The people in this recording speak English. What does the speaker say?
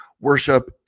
worship